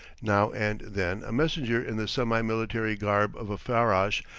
now and then a messenger in the semi-military garb of a farrash,